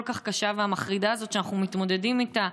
כל כך והמחרידה הזאת שאנחנו מתמודדים איתה,